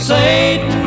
Satan